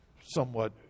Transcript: somewhat